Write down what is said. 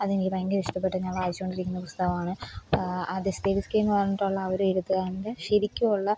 അതെനിക്ക് ഭയങ്കര ഇഷ്ടപ്പെട്ടു ഞാൻ വായിച്ചുകൊണ്ടിരിക്കുന്ന പുസ്തകമാണ് ദസ്തേവിസ്കി എന്നു പറഞ്ഞിട്ടുള്ള ഒരു എഴുത്തുകാരൻ്റെ ശരിക്കുമുള്ള